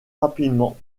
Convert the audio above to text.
rapidement